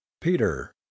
peter